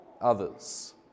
others